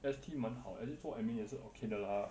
S_T 蛮好 actually 做 admin 也是 okay 的 lah